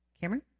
Cameron